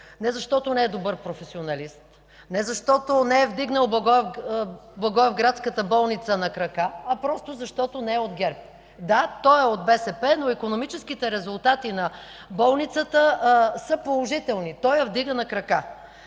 не защото не е добър професионалист, не защото не е вдигнал благоевградската болница на крака, а просто защото не е от ГЕРБ. Да, той е от БСП, но икономическите резултати на болницата са положителни – той я вдига на крака.